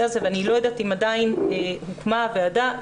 הזה אני לא יודעת אם כבר הוקמה הוועדה.